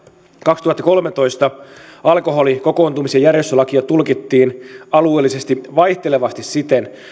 kaksituhattakolmetoista alkoholi kokoontumis ja järjestyslakia tulkittiin alueellisesti vaihtelevasti siten